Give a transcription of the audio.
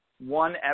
one